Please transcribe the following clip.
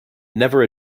never